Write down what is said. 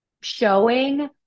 showing